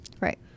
Right